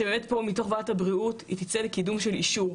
שבאמת פה מתוך ועדת הבריאות היא תצא לקידום של אישור.